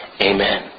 Amen